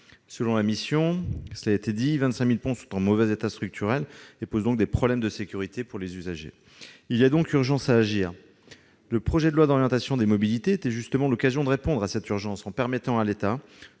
Selon la mission- cela a été dit -, 25 000 ponts sont en mauvais état structurel et posent, à ce titre, des problèmes de sécurité pour les usagers. Il y a donc urgence à agir. Le projet de loi d'orientation des mobilités était justement l'occasion de répondre à cette urgence en permettant à l'État